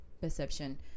perception